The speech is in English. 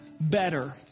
better